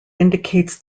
indicates